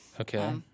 Okay